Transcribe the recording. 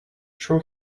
true